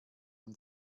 man